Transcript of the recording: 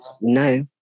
no